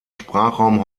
sprachraum